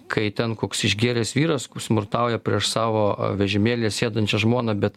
kai ten koks išgėręs vyras smurtauja prieš savo vežimėlyje sėdančią žmoną bet